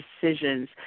decisions